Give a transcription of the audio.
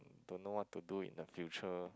don't know what to do in the future